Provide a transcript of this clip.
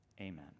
amen